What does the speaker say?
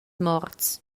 morts